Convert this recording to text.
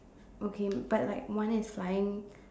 okay but like one is flying